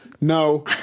No